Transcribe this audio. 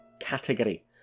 category